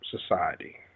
society